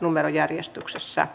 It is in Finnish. numerojärjestyksessä